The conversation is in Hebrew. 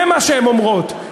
זה מה שהן אומרות.